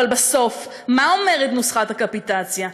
אבל בסוף, מה אומרת נוסחת הקפיטציה?